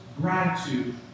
gratitude